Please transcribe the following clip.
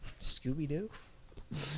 Scooby-Doo